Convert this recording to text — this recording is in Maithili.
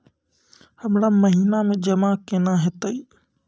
हमरा महिना मे जमा केना हेतै?